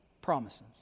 promises